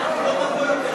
הצבעה במועד אחר.